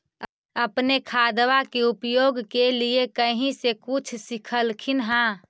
अपने खादबा के उपयोग के लीये कही से कुछ सिखलखिन हाँ?